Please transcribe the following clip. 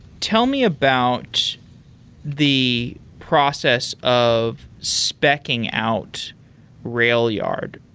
tell me about the process of specking out railyard.